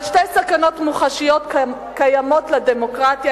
אבל שתי סכנות מוחשיות קיימות לדמוקרטיה